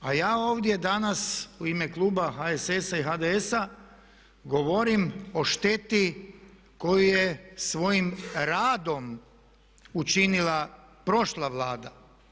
A ja ovdje danas u ime kluba HSS-a i HDS-a govorim o šteti koju je svojim radom učinila prošla Vlada.